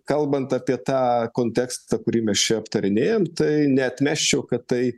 kalbant apie tą kontekstą kurį mes čia aptarinėjam tai neatmesčiau kad tai